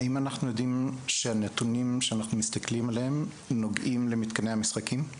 האם אנחנו יודעים שהנתונים שאנחנו מסתכלים עליהם נוגעים למתקני המשחקים?